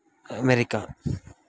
America